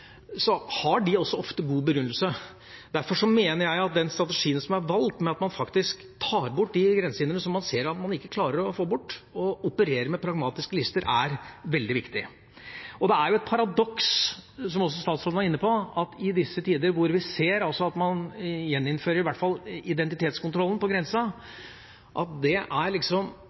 har god begrunnelse. Derfor mener jeg at den strategien som er valgt med at man faktisk tar bort de grensehindrene som man ser at man ikke klarer å få bort, og opererer med pragmatiske lister, er veldig viktig. Det er et paradoks, som også statsråden var inne på, i disse tider at vi ser at man gjeninnfører i hvert fall identitetskontroll på grensa. Jeg vet ikke helt om befolkninga er